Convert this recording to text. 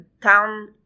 town